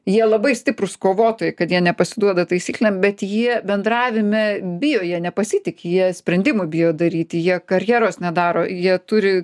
jie labai stiprūs kovotojai kad jie nepasiduoda taisyklėm bet jie bendravime bijo jie nepasitiki jie sprendimų bijo daryti jie karjeros nedaro jie turi